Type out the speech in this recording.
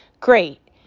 great